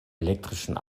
elektrischen